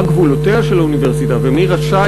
מהם גבולותיה של האוניברסיטה ומי רשאי